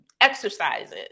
exercises